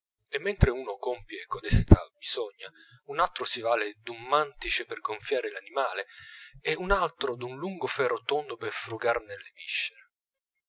e mentre uno compie codesta bisogna un altro si vale d'un mantice per gonfiare l'animale e un altro d'un lungo ferro tondo per frugar